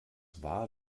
war